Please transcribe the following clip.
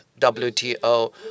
WTO